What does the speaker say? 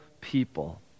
people